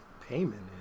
payment